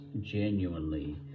genuinely